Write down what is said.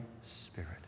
Spirit